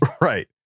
Right